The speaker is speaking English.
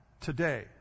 today